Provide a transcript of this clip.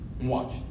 Watch